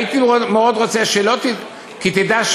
"הייתי מאוד רוצה כי תדע,